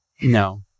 no